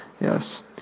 Yes